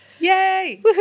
yay